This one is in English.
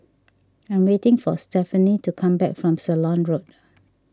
I am waiting for Stephani to come back from Ceylon Road